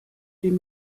dem